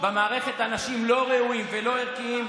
במערכת אנשים לא ראויים ולא ערכיים,